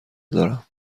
دارم